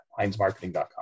HeinzMarketing.com